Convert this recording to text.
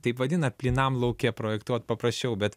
taip vadina plynam lauke projektuot paprasčiau bet